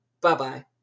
Bye-bye